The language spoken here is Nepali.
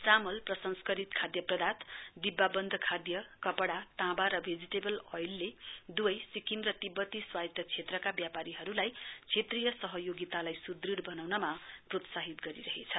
चामल प्रसंस्करित खाद्य़पदार्थ डिब्बावन्द खाद्य कपङ्गा ताँवा र भेजिटेवल औयलले दुवै सिक्किम र तिब्बती स्वास्यत्त क्षेत्रका व्यापारीहरुलाई क्षेत्रीय सहयोगितालाई सुदृढ वनाउनमा प्रोत्साहित गर्यो